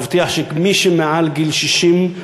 להבטיח שמי שמעל גיל 60,